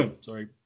Sorry